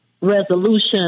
resolution